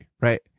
right